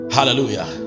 Hallelujah